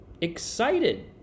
excited